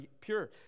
pure